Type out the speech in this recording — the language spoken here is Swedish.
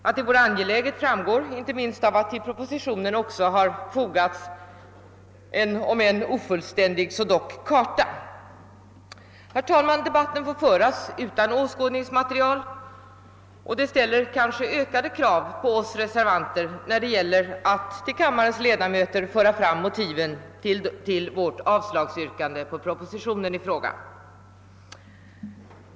Att detta är angeläget framgår inte minst av att till propositionen har fogats en om än ofullständig så dock karta. Herr talman! Debatten får föras utan åskådningsmaterial, och det ställer ökade krav på oss reservanter när det gäller att till kammarens ledamöter föra fram motiven till vårt avslagsyrkande på propositionen i fråga.